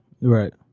right